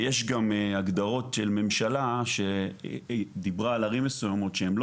ויש גם הגדרות של ממשלה שהיא דיברה על ערים מסוימות שלא